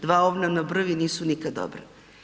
Dva ovna na brvi nisu nikad dobro.